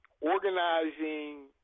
organizing